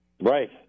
Right